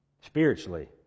spiritually